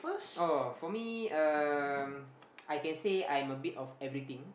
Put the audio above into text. oh for me um I can say I am a bit of everything